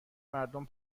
مردم